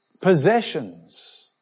possessions